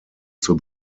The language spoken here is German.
zur